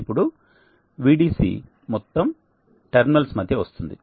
ఇప్పుడు Vdc మొత్తంటెర్మినల్స్ మధ్య వస్తుంది